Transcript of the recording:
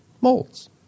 molds